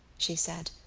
she said,